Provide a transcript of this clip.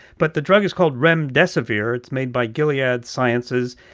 but the drug is called remdesivir. it's made by gilead sciences,